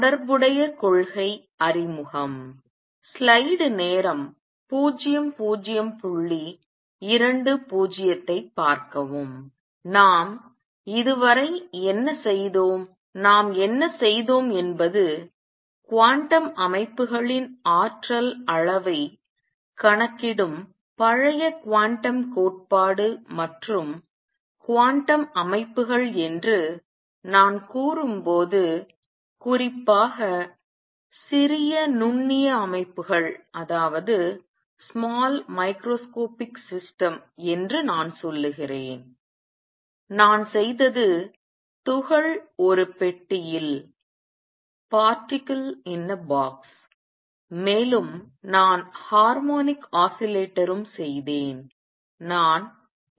தொடர்புடைய கொள்கை அறிமுகம் நாம் இதுவரை என்ன செய்தோம் நாம் என்ன செய்தோம் என்பது குவாண்டம் அமைப்புகளின் ஆற்றல் அளவைக் கணக்கிடும் பழைய குவாண்டம் கோட்பாடு மற்றும் குவாண்டம் அமைப்புகள் என்று நான் கூறும்போது குறிப்பாக சிறிய நுண்ணிய அமைப்புகள் என்று நான் சொல்கிறேன் நான் செய்தது துகள் ஒரு பெட்டியில் மேலும் நான் ஹார்மோனிக் ஆஸிலேட்டரும் செய்தேன் நான் ஒரு அணுவையும் செய்தேன்